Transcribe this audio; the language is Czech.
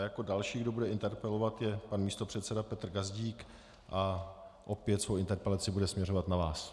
Jako další, kdo bude interpelovat, je pan místopředseda Petr Gazdík a opět svou interpelaci bude směřovat na vás.